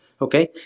Okay